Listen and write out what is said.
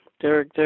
Derek